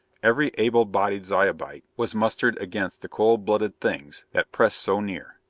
every able-bodied zyobite was mustered against the cold-blooded things that pressed so near.